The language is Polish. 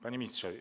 Panie Ministrze!